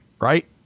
right